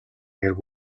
хэрэг